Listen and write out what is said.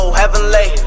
heavenly